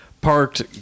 Parked